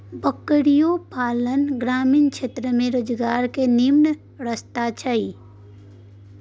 बकरियो पालन ग्रामीण क्षेत्र में रोजगार के निम्मन रस्ता छइ